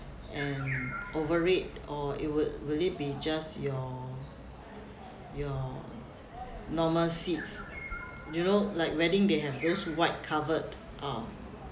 and over it or it would will it be just your your normal seats you know like wedding they have those white covered um